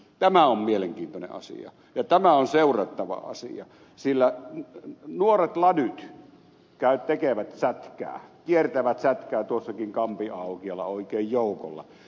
tämä on mielenkiintoinen asia ja tämä on seurattava asia sillä nuoret ladyt tekevät sätkää kiertävät sätkää tuossakin kampin aukiolla oikein joukolla